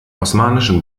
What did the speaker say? osmanischen